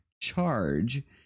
charge